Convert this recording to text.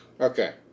okay